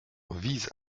vise